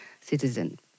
citizen